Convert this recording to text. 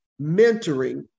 mentoring